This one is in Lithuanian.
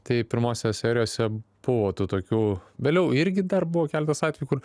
tai pirmose serijose buvo tų tokių vėliau irgi dar buvo keletas atvejų kur